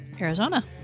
Arizona